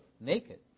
naked